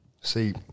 See